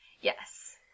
Yes